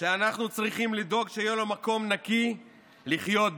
ואנחנו צריכים לדאוג שיהיה לו מקום נקי לחיות בו.